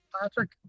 Patrick